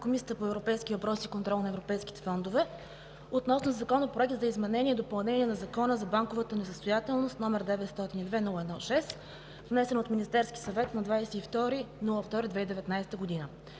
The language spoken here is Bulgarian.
Комисията по европейските въпроси и контрол на европейските фондове относно Законопроект за изменение и допълнение на Закона за банковата несъстоятелност, № 902-01-6, внесен от Министерския съвет на 22 февруари